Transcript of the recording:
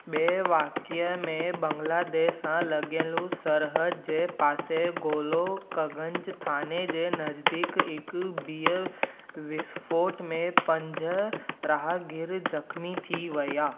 ॿिए वाक़िए में बांग्लादेश सां लॻियलु सरहदि जे पासे गोलोकगंज थाने जे नज़दीक हिकु ॿिए विस्फ़ोट में पंज राहगीर ज़ख़्मी थी विया